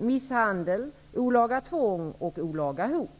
misshandel, olaga tvång och olaga hot, är straffbelagda också genom andra bestämmelser.